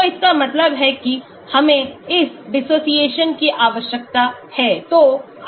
तो इसका मतलब है कि हमें इस dissociation की आवश्यकता है